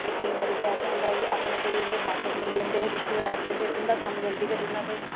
ते केईं बारी ते ऐसा होंदा कि अपने कोई उं'दे बाकफ मिली जंदे हे रिश्तेदार ते फिर उं'दा कम्म जल्दी करी ओड़ना ते